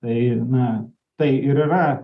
tai na tai ir yra